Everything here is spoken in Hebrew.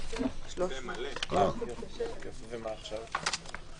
סעיף 18 להצעת החוק,